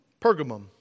Pergamum